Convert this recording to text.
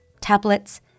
tablets